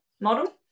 model